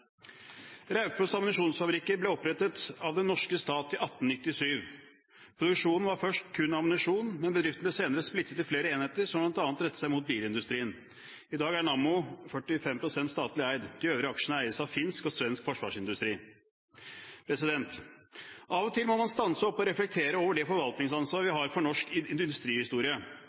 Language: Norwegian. Raufoss Ammunisjonsfabrikker ble opprettet av den norske stat i 1897. Produksjonen var først kun ammunisjon, men bedriften ble senere splittet i flere enheter som bl.a. rettet seg mot bilindustrien. I dag er Nammo 45 pst. statlig eid. De øvrige aksjene eies av finsk og svensk forsvarsindustri. Av og til må man stanse opp og reflektere over det forvaltningsansvar vi har for norsk industrihistorie.